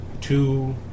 Two